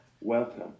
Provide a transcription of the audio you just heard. Welcome